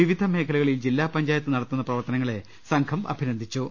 വിവിധ മേഖലകളിൽ ജില്ലാ പഞ്ചായത്ത് നടത്തുന്ന പ്രവർ ത്തനങ്ങളെ സംഘം അഭിനന്ദിച്ചു